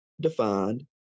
defined